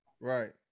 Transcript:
Right